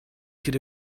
could